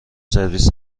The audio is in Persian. سرویس